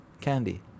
candy